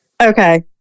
okay